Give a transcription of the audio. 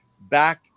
back